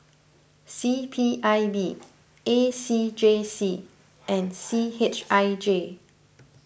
C P I B A C J C and C H I J